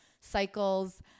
cycles